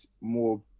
more